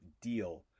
deal